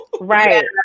Right